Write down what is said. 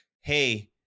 Hey